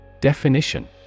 Definition